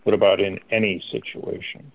what about in any situation